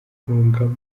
ntungamo